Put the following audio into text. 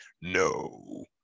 no